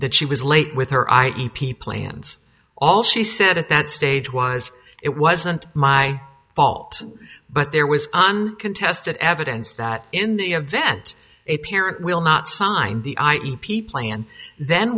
that she was late with her i e p plans all she said at that stage was it wasn't my fault but there was on contested evidence that in the event a parent will not sign the i e p plan then